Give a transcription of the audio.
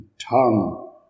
tongue